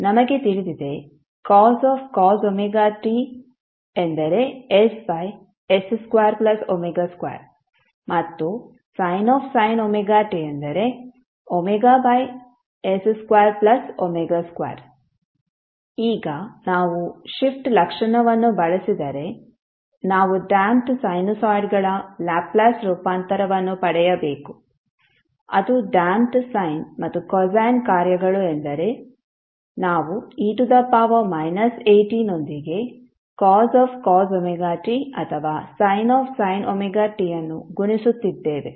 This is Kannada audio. ನಮಗೆ ತಿಳಿದಿದೆ cos wt ⇔ss2w2 ಮತ್ತು sin wt ⇔ws2w2 ಈಗ ನಾವು ಶಿಫ್ಟ್ ಲಕ್ಷಣವನ್ನು ಬಳಸಿದರೆ ನಾವು ಡ್ಯಾಂಪ್ಡ್ ಸೈನುಸಾಯ್ಡ್ಗಳ ಲ್ಯಾಪ್ಲೇಸ್ ರೂಪಾಂತರವನ್ನು ಪಡೆಯಬೇಕು ಅದು ಡ್ಯಾಂಪ್ಡ್ ಸೈನ್ ಮತ್ತು ಕೊಸೈನ್ ಕಾರ್ಯಗಳು ಎಂದರೆ ನಾವು e at ನೊಂದಿಗೆ cos wt ಅಥವಾ sin wt ಅನ್ನು ಗುಣಿಸುತ್ತಿದ್ದೇವೆ